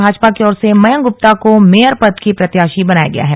भाजपा की ओर से मयंक गुप्ता को मेयर पद का प्रत्याशी बनाया गया है